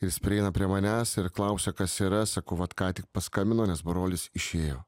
ir jis prieina prie manęs ir klausia kas yra sakau vat ką tik paskambino nes brolis išėjo